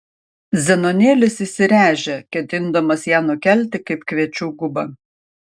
zenonėlis įsiręžė ketindamas ją nukelti kaip kviečių gubą